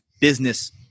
business